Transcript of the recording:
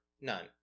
none